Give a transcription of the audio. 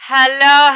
Hello